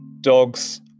Dogs